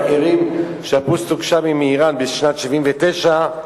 המחירים של הפיסטוק-שאמי מאירן בשנת 1979,